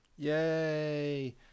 Yay